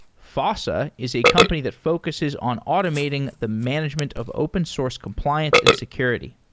fossa is a company that focuses on automating the management of open source compliance and security.